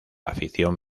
afición